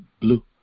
blue